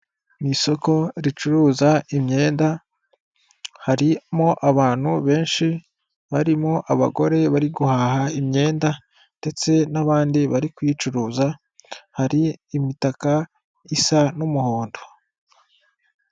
Mu isoko ricuruza imyenda, harimo abantu benshi barimo abagore bari guhaha imyenda ndetse n'abandi bari kuyicuruza, hari imitaka isa n'umuhondo.